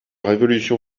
révolution